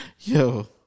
Yo